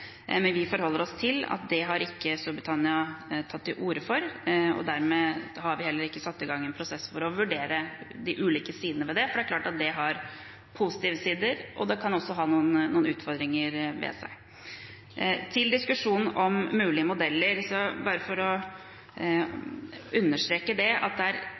men vi forholder oss til at det har ikke Storbritannia tatt til orde for. Dermed har vi heller ikke satt i gang en prosess for å vurdere de ulike sidene ved det, for det er klart at det har positive sider, og det kan også ha noen utfordringer ved seg. Til diskusjonen om mulige modeller, og bare for å understreke det: